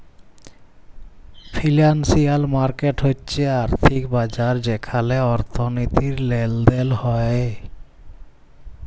financial market হচ্যে আর্থিক বাজার যেখালে অর্থনীতির লেলদেল হ্য়েয়